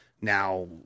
Now